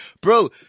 bro